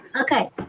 Okay